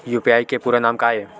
UPI के पूरा नाम का ये?